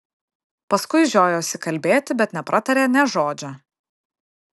paskui žiojosi kalbėti bet nepratarė nė žodžio